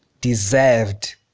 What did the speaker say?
Deserved